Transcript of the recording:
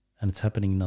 and it's happening now.